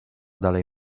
dalej